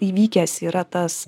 įvykęs yra tas